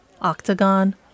octagon